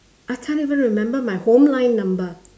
I can't even remember my home line number